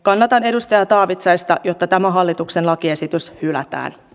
kannatan edustaja taavitsaista että tämä hallituksen lakiesitys hylätään